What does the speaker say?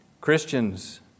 Christians